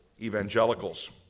Evangelicals